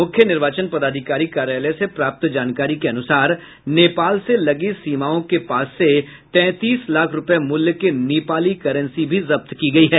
मुख्य निर्वाचन पदाधिकारी कार्यालय से प्राप्त जानकारी के अनुसार नेपाल से लगी सीमाओं के पास से तैंतीस लाख रूपये मूल्य के नेपाली करेंसी भी जब्त किये गये हैं